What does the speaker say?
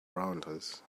rounders